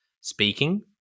speaking